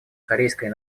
корейской